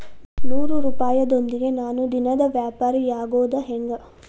ನೂರುಪಾಯದೊಂದಿಗೆ ನಾನು ದಿನದ ವ್ಯಾಪಾರಿಯಾಗೊದ ಹೆಂಗ?